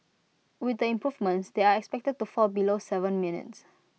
with the improvements they are expected to fall below Seven minutes